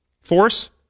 Force